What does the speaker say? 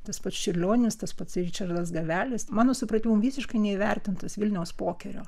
tas pats čiurlionis tas pats ričardas gavelis mano supratimu visiškai neįvertintas vilniaus pokerio